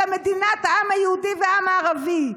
אלא מדינת העם היהודי והעם הערבי?